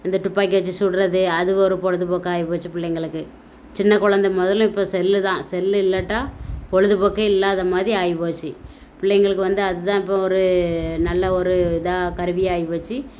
அந்த துப்பாக்கி வச்சி சுடுறது அது ஒரு பொழுதுபோக்கா ஆயிப்போச்சு பிள்ளைங்களுக்கு சின்ன கொழந்த முதல்ல இப்போ செல் தான் செல் இல்லாட்டா பொழுதுபோக்கே இல்லாத மாதிரி ஆயிப்போச்சு பிள்ளைங்களுக்கு வந்து அதுதான் இப்போது ஒரு நல்ல ஒரு இதாக கருவியாகிப் போச்சு